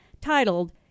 titled